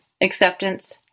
acceptance